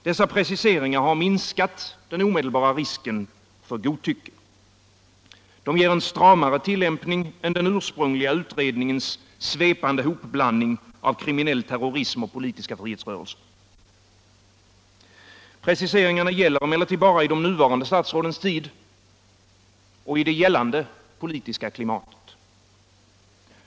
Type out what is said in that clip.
Dessa preciseringar har minskat den omedelbara risken för godtycke. De ger en stramare tillämpning än den ursprungliga utredningens svepande hopblandning av kriminell terrorism och politiska frihetsrörelser. Preciseringarna gäller emellertid bara i de nuvarande statsrådens tid och i det gällande politiska klimatet.